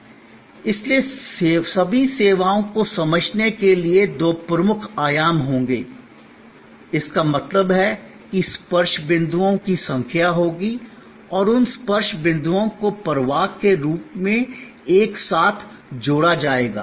Refer Time 1245 इसलिए सभी सेवाओं को समझने के लिए दो प्रमुख आयाम होंगे इसका मतलब है कि स्पर्श बिंदुओं की संख्या होगी और उन स्पर्श बिंदुओं को प्रवाह के रूप में एक साथ जोड़ा जाएगा